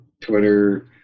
Twitter